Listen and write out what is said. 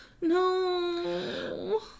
No